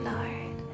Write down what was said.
Lord